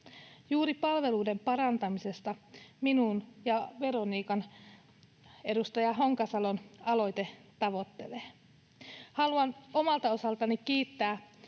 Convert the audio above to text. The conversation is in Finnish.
Juuri palveluiden parantamista minun ja Veronikan, edustaja Honkasalon, aloite tavoittelee. Haluan omalta osaltani kiittää